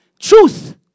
Truth